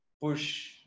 push